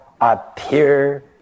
appear